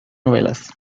novelas